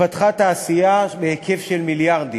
התפתחה תעשייה בהיקף של מיליארדים.